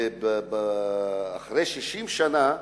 אחרי 60 שנה,